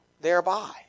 thereby